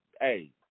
Hey